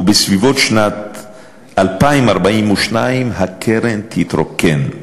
ובסביבות שנת 2042 הקרן תתרוקן.